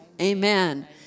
Amen